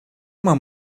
uma